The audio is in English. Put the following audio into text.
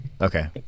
Okay